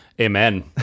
amen